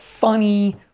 funny